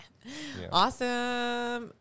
Awesome